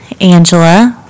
Angela